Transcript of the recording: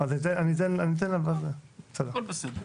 לשתף גם מצגת קצרה מאוד?